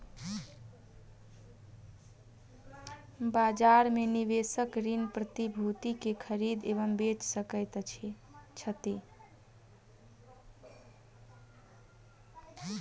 बजार में निवेशक ऋण प्रतिभूति के खरीद एवं बेच सकैत छथि